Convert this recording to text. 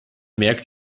merkt